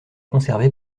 conservée